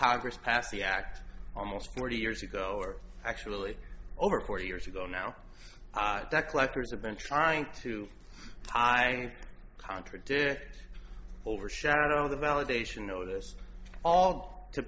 congress passed the act almost forty years ago or actually over forty years ago now that collectors have been trying to contradict overshadow the validation over this all to